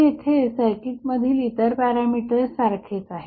आता येथे सर्किटमधील इतर पॅरामीटर्स सारखेच आहेत